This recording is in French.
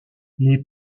les